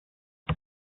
das